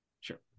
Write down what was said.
Sure